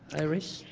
iris?